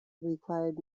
required